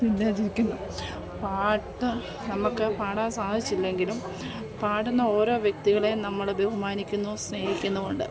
എന്താ ചിരിക്കുന്നത് പാട്ട് നമ്മുക്ക് പാടാൻ സാധിച്ചില്ലെങ്കിലും പാടുന്ന ഓരോ വ്യക്തികളെയും നമ്മൾ ബഹുമാനിക്കുന്നു സ്നേഹിക്കുന്നും ഉണ്ട്